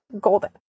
golden